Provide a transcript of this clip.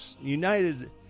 united